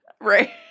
Right